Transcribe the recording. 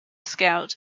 scout